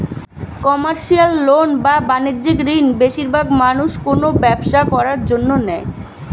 commercial loan বা বাণিজ্যিক ঋণ বেশিরবাগ মানুষ কোনো ব্যবসা করার জন্য নেয়